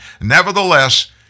Nevertheless